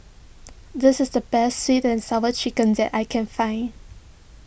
this is the best Sweet and Sour Chicken that I can find